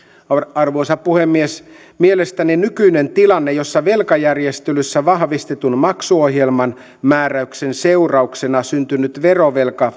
arvoisa puhemies mielestäni nykyinen tilanne jossa velkajärjestelyssä vahvistetun maksuohjelman määräyksen seurauksena syntynyt verovelka